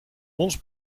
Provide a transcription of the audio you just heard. ons